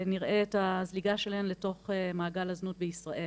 נראה את הזליגה שלהן לתוך מעגל הזנות בישראל,